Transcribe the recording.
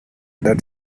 that